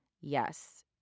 Yes